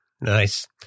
Nice